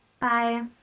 Bye